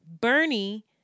Bernie